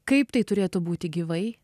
kaip tai turėtų būti gyvai